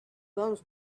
comes